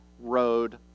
road